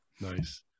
Nice